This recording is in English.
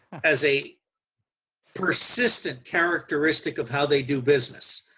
as a persistent characteristic of how they do business.